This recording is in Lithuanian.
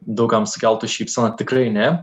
daug kam sukeltų šypseną tikrai ne